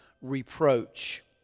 reproach